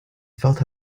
felt